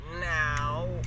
Now